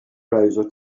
browser